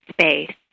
space